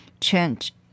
change